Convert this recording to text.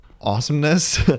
awesomeness